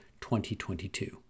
2022